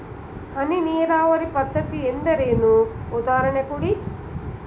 ಹನಿ ನೀರಾವರಿ ಪದ್ಧತಿ ಎಂದರೇನು, ಉದಾಹರಣೆ ಕೊಡಿ?